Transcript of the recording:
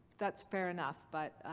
that's fair enough, but